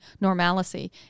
normalcy